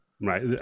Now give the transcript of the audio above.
right